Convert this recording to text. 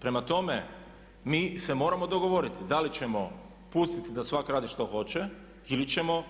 Prema tome, mi se moramo dogovoriti da li ćemo pustiti da svatko radi što hoće ili ćemo